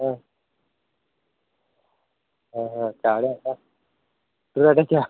हा हा हा त्या होय कुऱ्हाडीच्या